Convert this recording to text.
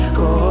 go